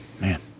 Man